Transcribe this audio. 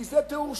כי זה טיהור שרץ.